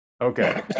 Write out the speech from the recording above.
Okay